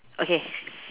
okay